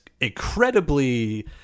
incredibly